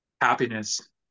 Happiness